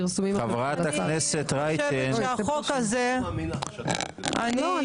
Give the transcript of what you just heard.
את לא מאמינה ש --- לא,